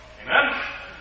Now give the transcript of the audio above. Amen